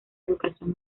educación